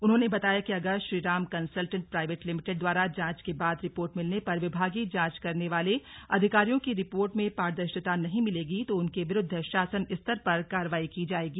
उन्होंने बताया कि अगर Shri Ram consultant private limited द्वारा जांच के बाद रिपोर्ट मिलने पर विभागीय जांच करने वाले अधिकारियों की रिपोर्ट में पारदर्शिता नहीं मिलेगी तो उनके विरूद्व शासन स्तर पर कार्रवाई की जाएगी